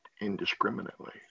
indiscriminately